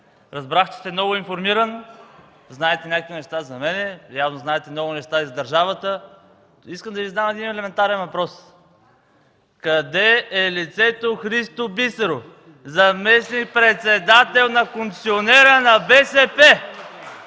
Разбрах, че сте много информиран. Знаете някои неща за мен. Вероятно знаете много неща и за държавата. Искам да Ви задам един елементарен въпрос: къде е лицето Христо Бисеров – заместник-председател на концесионера на БСП?